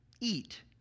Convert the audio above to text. eat